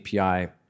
API